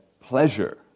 Pleasure